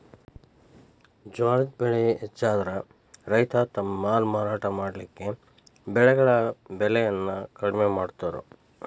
ಜ್ವಾಳದ್ ಬೆಳೆ ಹೆಚ್ಚಾದ್ರ ರೈತ ತಮ್ಮ ಮಾಲ್ ಮಾರಾಟ ಮಾಡಲಿಕ್ಕೆ ಬೆಳೆಗಳ ಬೆಲೆಯನ್ನು ಕಡಿಮೆ ಮಾಡತಾರ್